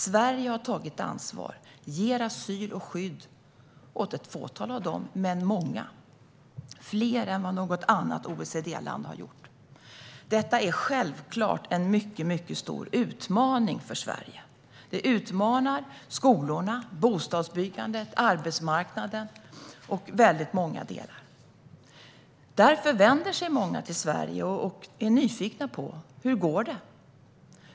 Sverige har tagit ansvar och ger asyl och skydd åt ett fåtal av dem men många, fler än vad något annat OECD-land har gjort. Detta är självklart en mycket stor utmaning för Sverige. Det utmanar skolorna, bostadsbyggandet, arbetsmarknaden och väldigt många delar. Därför vänder sig många till Sverige och är nyfikna. Hur går det?